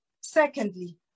Secondly